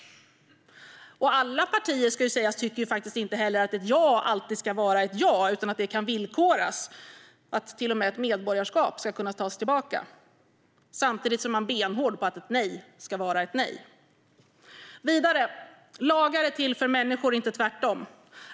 Och alla partier - det ska sägas - tycker faktiskt inte heller att ett ja alltid ska vara ett ja, utan det kan villkoras. Till och med ett medborgarskap ska kunna tas tillbaka. Samtidigt är man benhård med att ett nej ska vara ett nej. Vidare är lagar till för människor, inte tvärtom.